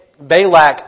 Balak